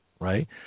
right